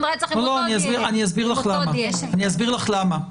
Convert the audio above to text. רצח עם אותו דנ"א --- אני אסביר לך למה.